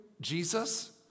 Jesus